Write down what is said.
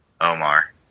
Omar